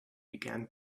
began